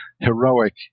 heroic